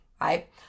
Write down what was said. Right